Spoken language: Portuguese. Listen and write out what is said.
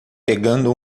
pegando